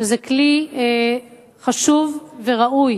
שהוא כלי חשוב וראוי